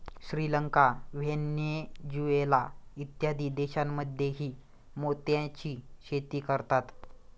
Sri Lanka, Venezuela इत्यादी देशांमध्येही मोत्याची शेती करतात